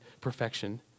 perfection